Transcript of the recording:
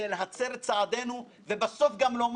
שהאיש מגלה יכולת קריאה מהירה ביותר